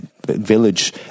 village